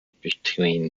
between